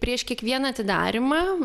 prieš kiekvieną atidarymą